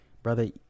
Brother